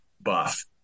buff